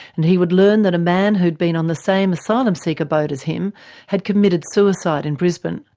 and he would learn that a man who had been on the same asylum-seeker boat as him had committed suicide in brisbane.